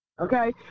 Okay